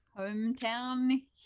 Hometown